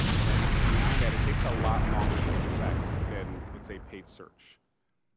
and then beyond that it takes a lot longer to take effect, than, let's say, paid search.